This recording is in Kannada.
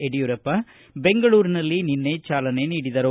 ಯಡಿಯೂರಪ್ಪ ಬೆಂಗಳೂರಿನಲ್ಲಿ ನಿನ್ನೆ ಚಾಲನೆ ನೀಡಿದರು